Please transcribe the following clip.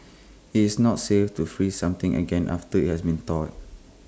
IT is not safe to freeze something again after IT has been thawed